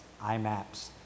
iMaps